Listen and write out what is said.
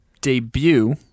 debut